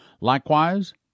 Likewise